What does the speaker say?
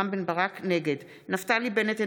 נגד נפתלי בנט,